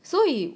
so he